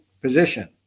position